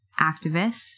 activists